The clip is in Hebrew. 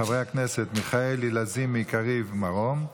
חברי הכנסת מיכאלי, לזימי, קריב ומרום,